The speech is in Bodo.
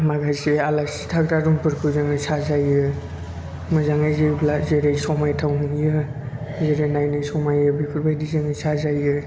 माखासे आलासि थाग्रा रुमफोरखौ जोङो साजायो मोजाङै जेब्ला जेरै समायथाव नुयो जेरै नायनो समायो बेफोरबादि जोङो साजायो